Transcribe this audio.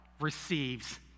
receives